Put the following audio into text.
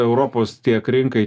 europos tiek rinkai